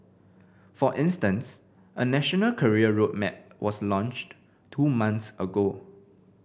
for instance a national career road map was launched two months ago